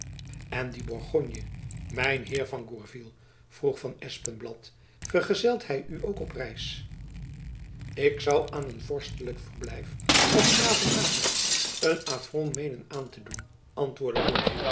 en die borgonje mijn heer de gourville vroeg van espenblad vergezelt hy u ook op reis ik zoû aan een vorstelijk verblijf als s gravenhage een affront meenen aan te doen antwoordde